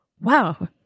Wow